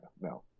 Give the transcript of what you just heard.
No